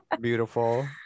Beautiful